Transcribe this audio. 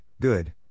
good